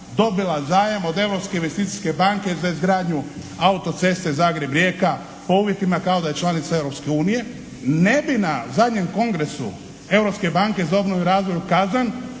dobila zajam od Europske investicijske banke za izgradu auto-ceste Zagreb-Rijeka po uvjetima kao da je članica Europske unije, ne bi na zadnjem Kongresu Europske banke za obnovu i razvoj